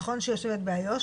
נכון שהיא יושבת באיו"ש,